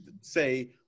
say